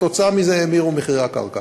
כתוצאה מזה האמירו מחירי הקרקע.